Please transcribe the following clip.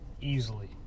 easily